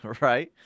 Right